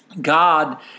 God